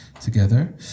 together